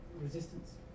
resistance